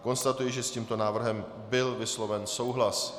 Konstatuji, že s tímto návrhem byl vysloven souhlas.